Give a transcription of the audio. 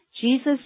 Jesus